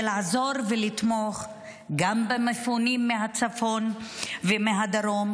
לעזור ולתמוך גם במפונים מהצפון ומהדרום,